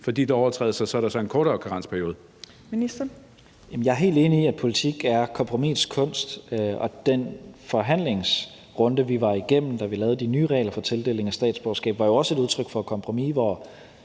og integrationsministeren (Mattias Tesfaye): Jeg er helt enig i, at politik er kompromisets kunst, og den forhandlingsrunde, vi var igennem, da vi lavede de nye regler for tildeling af statsborgerskab, var jo også et udtryk for et kompromis. Og